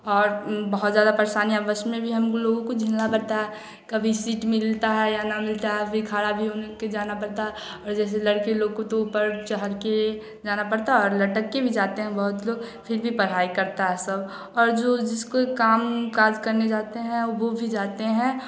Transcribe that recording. और बहुत ज़्यादा परेशानियाँ बस में भी हम लोगों को झेलना पड़ता है कभी सीट मिलता है या न मिलता है अभी खड़ा भी होने के जाना पड़ता और जैसे लड़के लोग को तो ऊपर चढ़ के जाना पड़ता है और लटक कर भी जाते हैं बहुत लोग फ़िर भी पढ़ाई करता है सब और जो जिसको काम काज करने जाते हैं वह भी जाते हैं